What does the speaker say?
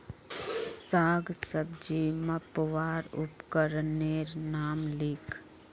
साग सब्जी मपवार उपकरनेर नाम लिख?